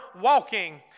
walking